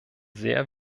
sehr